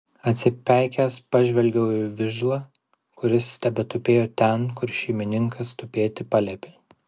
atsipeikėjęs pažvelgiau į vižlą kuris tebetupėjo ten kur šeimininkas tupėti paliepė